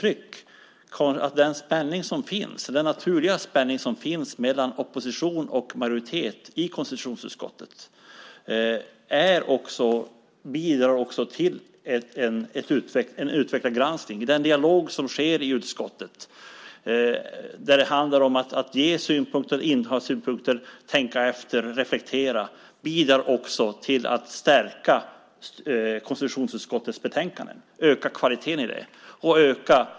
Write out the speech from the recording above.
Den naturliga spänning som finns mellan opposition och majoritet i konstitutionsutskottet bidrar till en utvecklad granskning. Den dialog som sker i utskottet där det handlar om att ge och ha synpunkter och om att tänka efter och reflektera bidrar också till att stärka konstitutionsutskottets betänkande och höja kvaliteten i det.